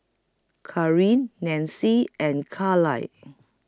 Nancie and Kaila